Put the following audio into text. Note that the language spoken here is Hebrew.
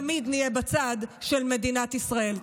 תמיד נהיה בצד של מדינת ישראל.